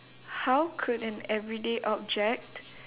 how could an everyday object